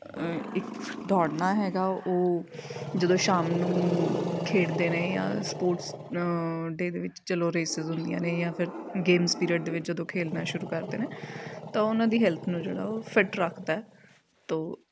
ਇੱਕ ਦੋੜਨਾ ਹੈਗਾ ਉਹ ਜਦੋਂ ਸ਼ਾਮ ਨੂੰ ਖੇਡਦੇ ਨੇ ਜਾਂ ਸਪੋਰਟਸ ਡੇ ਦੇ ਵਿੱਚ ਚਲੋ ਰੇਸਿਸ ਹੁੰਦੀਆਂ ਨੇ ਜਾਂ ਫਿਰ ਗੇਮਸ ਪੀਰੀਅਡ ਦੇ ਵਿੱਚ ਜਦੋਂ ਖੇਡਣਾ ਸ਼ੁਰੂ ਕਰਦੇ ਨੇ ਤਾਂ ਉਹਨਾਂ ਦੀ ਹੈਲਤ ਨੂੰ ਜਿਹੜਾ ਉਹ ਫਿੱਟ ਰੱਖਦਾ ਤੋ